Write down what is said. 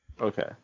Okay